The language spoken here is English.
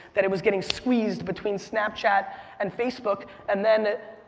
that it was getting squeezed between snapchat and facebook and then it.